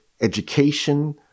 education